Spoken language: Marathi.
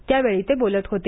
त्यावेळी ते बोलत होते